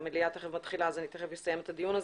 המליאה תיכף מתחילה אז אני תיכף אסיים את הדיון הזה.